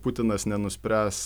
putinas nenuspręs